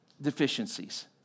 deficiencies